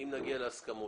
אם נגיע להסכמות,